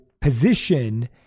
position